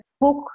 book